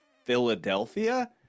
philadelphia